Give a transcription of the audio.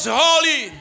holy